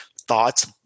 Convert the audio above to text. thoughts